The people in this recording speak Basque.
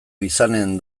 izanen